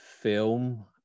film